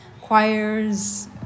choirs